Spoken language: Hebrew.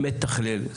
מתכלל,